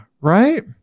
Right